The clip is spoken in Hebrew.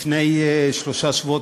לפני כשלושה שבועות,